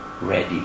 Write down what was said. ready